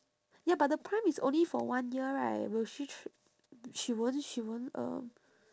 ya but the prime is only for one year right will she tr~ she won't she won't um